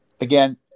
Again